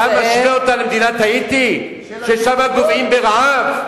אתה משווה אותה למדינת האיטי, ששם גוועים ברעב?